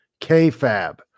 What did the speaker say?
KFAB